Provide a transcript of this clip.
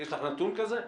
יש לך נתון כזה?